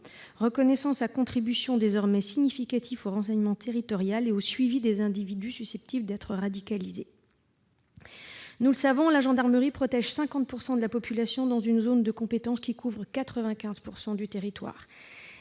reconnaissant « sa contribution désormais significative au renseignement territorial et au suivi des individus susceptibles d'être radicalisés ». Nous le savons : la gendarmerie protège 50 % de la population et sa zone de compétence couvre 95 % du territoire.